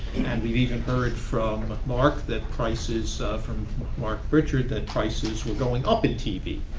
and we've even heard from marc that prices from marc pritchard that prices were going up in tv.